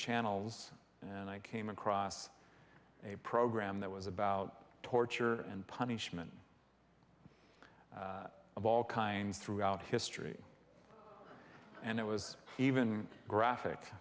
channels and i came across a program that was about torture and punishment of all kinds throughout history and it was even graphic